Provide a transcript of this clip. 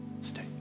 Stay